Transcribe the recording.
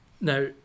now